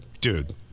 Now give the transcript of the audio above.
dude